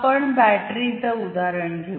आपण बॅटरीच उदाहरण घेऊ